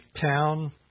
town